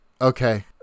okay